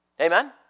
Amen